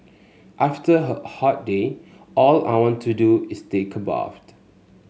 after hot day all I want to do is take a